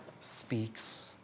speaks